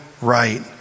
right